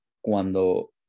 cuando